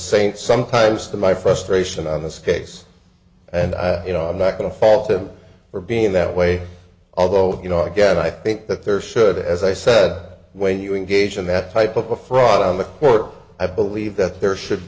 saint sometimes to my frustration on this case and i you know i'm not going to fault him for being that way although you know again i think that there should as i said when you engage in that type of a fraud on the court i believe that there should